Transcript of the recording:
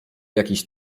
jakiś